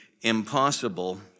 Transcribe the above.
impossible